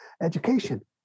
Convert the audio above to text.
education